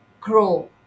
grow